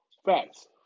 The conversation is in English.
Facts